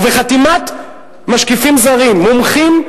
ובחתימת משקיפים זרים מומחים,